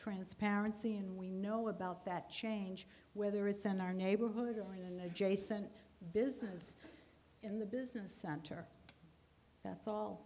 transparency and we know about that change whether it's in our neighborhood or jason business in the business center that's all